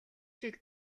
жил